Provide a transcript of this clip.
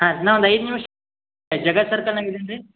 ಹಾಂ ರೀ ನಾ ಒಂದು ಐದು ನಿಮಿಷ ಜಗತ್ ಸರ್ಕಲ್ನಾಗ ಇದ್ದೀನಿ ರೀ